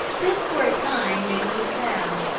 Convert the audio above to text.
this for a time made me sad,